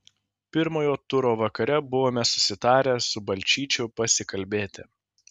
pirmojo turo vakare buvome susitarę su balčyčiu pasikalbėti